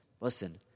Listen